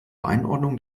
einordnung